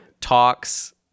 talks